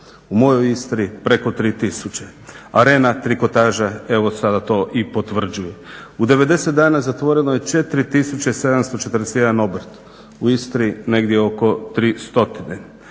u mojoj Istri preko 3000, Arena trikotaža evo sad to i potvrđuje. U 90 dana zatvoreno je 4741 obrt, u Istri negdje oko 300.